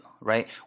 right